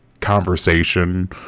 conversation